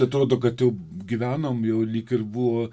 atrodo kad jau gyvenam jau lyg ir buvo